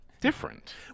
different